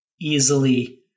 easily